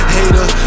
Hater